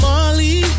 Molly